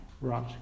Right